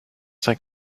cinq